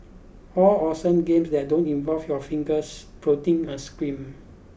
all awesome games that don't involve your fingers prodding a screen